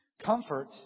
Comfort